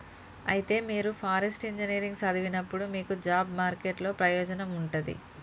అయితే మీరు forest engineering సదివినప్పుడు మీకు జాబ్ మార్కెట్ లో ప్రయోజనం ఉంటది